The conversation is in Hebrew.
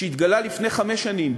שהתגלה לפני חמש שנים,